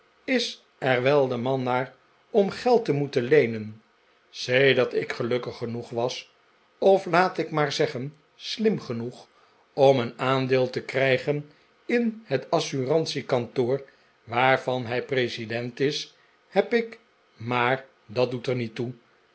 is er wel de man naar om geld te moeten leenen sedert ik gelukkig genoeg was of laat ik maar zeggen slim genoeg om een aandeel te krijgen in het assurantiekantoor waarvan hij president is heb ik maar dat doet er niet toe